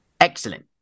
Excellent